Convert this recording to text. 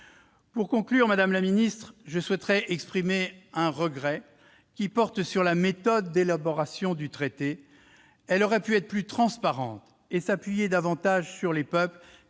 de conclure, madame la secrétaire d'État, je souhaiterais exprimer un regret sur la méthode d'élaboration du traité : elle aurait pu être plus transparente et s'appuyer davantage sur les peuples,